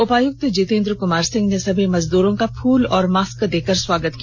उपायुक्त जितेंद्र कुमार सिंह ने सभी मजदूरो का फूल और मास्क देकर स्वागत किया